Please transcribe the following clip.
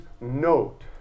note